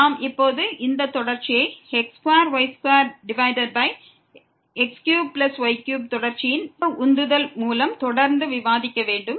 நாம் இப்போது இந்த தொடர்ச்சியை x2y2x3y3 தொடர்ச்சியின் அந்த உந்துதல் மூலம் தொடர்ந்து விவாதிக்க வேண்டும்